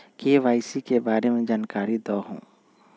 KYC के बारे में जानकारी दहु?